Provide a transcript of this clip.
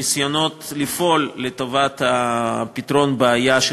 ניסיונות לפעול לטובת פתרון הבעיה של